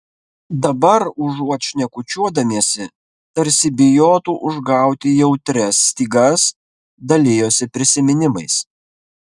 dabar užuot šnekučiuodamiesi tarsi bijotų užgauti jautrias stygas dalijosi prisiminimais